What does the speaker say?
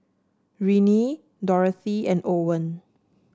Renee Dorthy and Owen